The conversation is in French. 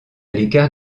l’écart